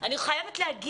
אני חייבת להגיד